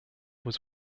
was